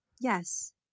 Yes